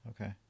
Okay